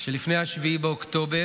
שלפני 7 באוקטובר